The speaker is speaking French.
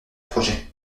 projet